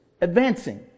advancing